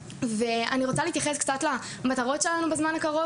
אני רוצה להתייחס למטרות שלנו בזמן הקרוב,